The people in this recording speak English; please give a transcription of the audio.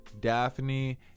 Daphne